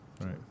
Right